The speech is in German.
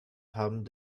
haben